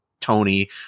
Tony